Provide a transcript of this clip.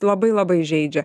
labai labai žeidžia